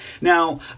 Now